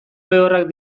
lehorrak